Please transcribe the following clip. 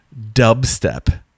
dubstep